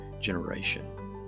generation